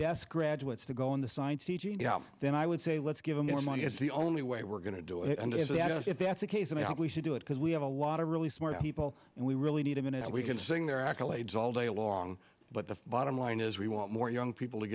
yes graduates to go on the science teaching then i would say let's give them more money it's the only way we're going to do it and it's as if that's the case i mean we should do it because we have a lot of really smart people and we really need a minute and we can sing their accolades all day long but the bottom line is we want more young people to